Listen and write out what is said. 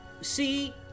see